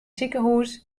sikehûs